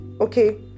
okay